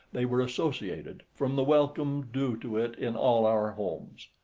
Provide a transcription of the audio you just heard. they were associated, from the welcome due to it in all our homes.